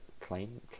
Claim